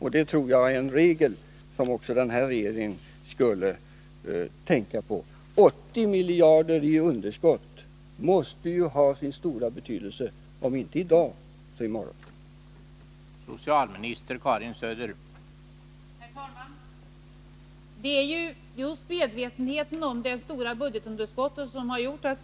Och det tror jag är en regel som också denna regering borde följa. 80 miljarder i underskott måste ha stor betydelse om inte i dag så i morgon.